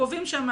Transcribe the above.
קובעים שם